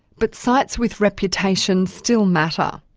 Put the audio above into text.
but sites with reputations still matter.